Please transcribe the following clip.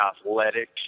athletic